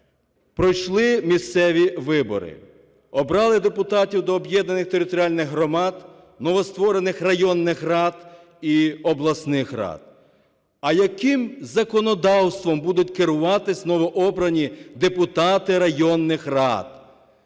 Пройшли місцеві вибори, обрали депутатів до об'єднаних територіальних громад, новостворених районних рад і обласних рад. А яким законодавством будуть керуватись новообрані депутати районних рад?